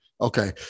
Okay